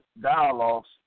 dialogues